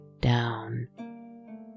down